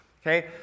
Okay